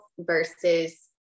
versus